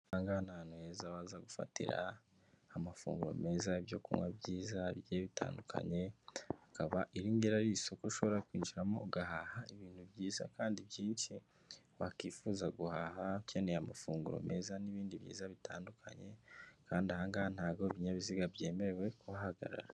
Aha ngaha ni ahantu heza waza gufatira amafunguro meza, ibyo kunywa byiza bigiye bitandukanye, akaba iri ngiri ari isoko ushobora kwinjiramo ugahaha ibintu byiza kandi byinshi wakwifuza guhaha, ukeneye amafunguro meza n'ibindi byiza bitandukanye kandi aha ngaha ntabwo ibinyabiziga byemerewe kuhahagarara.